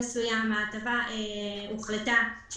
האם